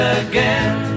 again